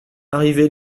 arrivé